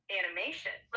animation